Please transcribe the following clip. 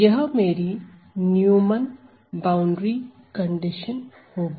यह मेरी Neumann boundary condition होगी